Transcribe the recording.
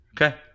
okay